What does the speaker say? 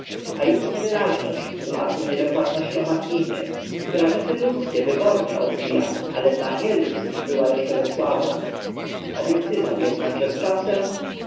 a ich niewyraźność tłumaczył niedokładnością machiny która rzeczy ludzkie wybornie odbijała ale dla nieludzkich była eszcze za słabą obiecywał ednak że z czasem